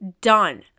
done